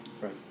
right